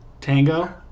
Tango